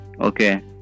Okay